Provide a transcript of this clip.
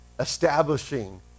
establishing